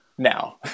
now